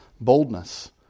boldness